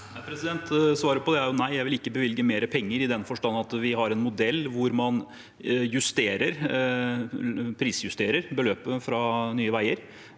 nei, jeg vil ikke bevilge mer penger, i den forstand at vi har en modell hvor man prisjusterer beløpet fra Nye veier.